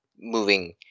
moving